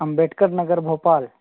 Ambedkar Nagar Bhopal